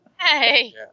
Hey